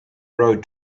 road